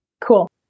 Cool